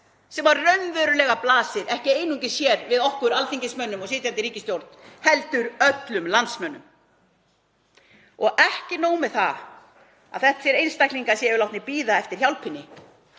sem raunverulega blasir við, ekki einungis hér við okkur alþingismönnum og sitjandi ríkisstjórn heldur öllum landsmönnum. Og ekki nóg með það að þessir einstaklingar séu látnir bíða eftir hjálpinni